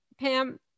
pam